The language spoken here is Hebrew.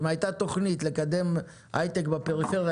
הייתה תוכנית לקדם הייטק בפריפריה,